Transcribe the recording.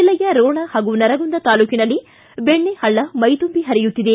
ಜಿಲ್ಲೆಯ ರೋಣ ಹಾಗೂ ನರಗುಂದ ತಾಲೂಕಿನಲ್ಲಿ ಬೆಣ್ಣೆಪಳ್ಳ ಮೈದುಂಬಿ ಪರಿಯುತ್ತಿದೆ